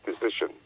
decision